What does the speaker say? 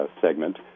segment